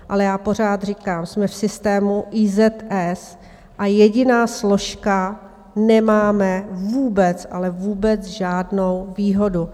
Ale já pořád říkám: Jsme v systému IZS a jediná složka nemáme vůbec, ale vůbec žádnou výhodu.